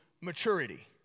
maturity